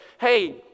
Hey